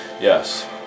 yes